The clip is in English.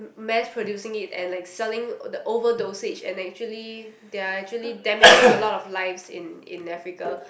mass producing it and like selling the over dosage and actually they are actually damaging a lot of lives in in Africa